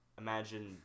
Imagine